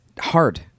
Hard